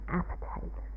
appetite